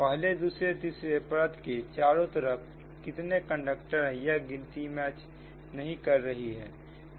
पहले दूसरे तीसरे परत के चारों तरफ कितने कंडक्टर हैं यह गिनती मैच नहीं कर रही है